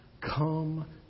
come